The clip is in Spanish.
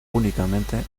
únicamente